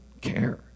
care